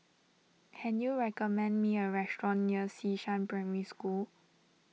can you recommend me a restaurant near Xishan Primary School